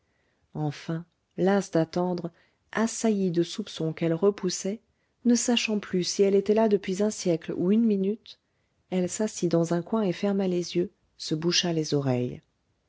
enfin lasse d'attendre assaillie de soupçons qu'elle repoussait ne sachant plus si elle était là depuis un siècle ou une minute elle s'assit dans un coin et ferma les yeux se boucha les oreilles